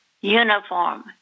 uniform